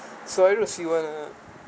so if you want to